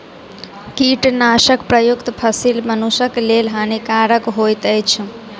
कीटनाशक प्रयुक्त फसील मनुषक लेल हानिकारक होइत अछि